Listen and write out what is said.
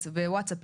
ב-ווטסאפים,